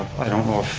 i don't know